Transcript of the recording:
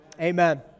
Amen